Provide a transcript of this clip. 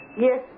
Yes